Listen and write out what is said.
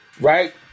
right